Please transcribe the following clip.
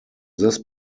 this